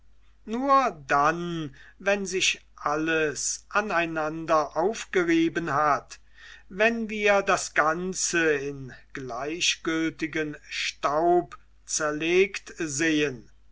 nur dann wenn sich alles aneinander aufgerieben hat wenn wir das ganze in gleichgültigen staub zerlegt sehen